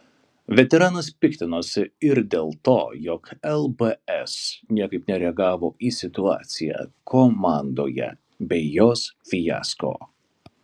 veteranas piktinosi ir dėl to jog lbs niekaip nereagavo į situaciją komandoje bei jos fiasko